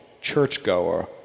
churchgoer